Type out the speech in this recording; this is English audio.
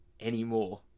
anymore